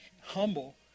humble